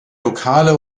lokale